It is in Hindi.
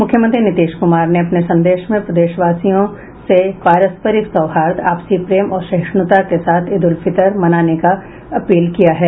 मुख्यमंत्री नीतीश कुमार ने अपने संदेश में प्रदेशवासियों से पारस्परिक सौहार्द आपसी प्रेम और सहिष्णुता के साथ ईद उल फितर मनाने का अपील की है